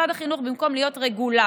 משרד החינוך, במקום להיות רגולטור,